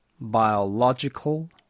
biological